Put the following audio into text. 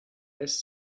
less